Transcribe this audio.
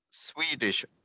Swedish